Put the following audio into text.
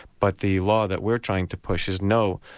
but the law that we're trying to push is no,